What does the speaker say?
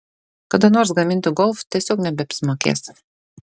kada nors gaminti golf tiesiog nebeapsimokės